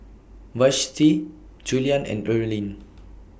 Vashti Juliann and Earlene